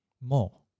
more